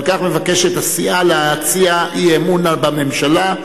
על כך מבקשת הסיעה להביע אי-אמון בממשלה.